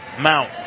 Mount